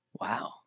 Wow